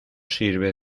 sirve